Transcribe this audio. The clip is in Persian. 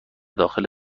داخل